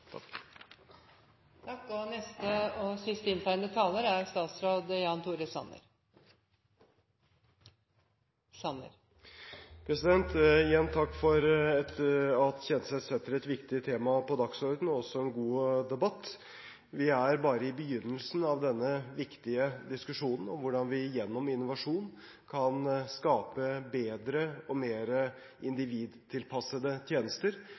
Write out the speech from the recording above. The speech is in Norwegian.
Igjen takk for at representanten Kjenseth setter et viktig tema og en god debatt på dagsordenen. Vi er bare i begynnelsen av denne viktige diskusjonen om hvordan vi gjennom innovasjon kan skape bedre og mer individtilpassede tjenester.